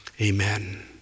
Amen